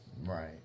Right